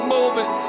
Moving